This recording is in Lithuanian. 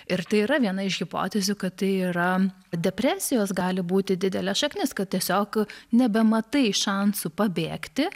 ir tai yra viena iš hipotezių kad tai yra depresijos gali būti didelė šaknis kad tiesiog nebematai šansų pabėgti